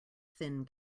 thin